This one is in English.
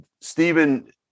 Stephen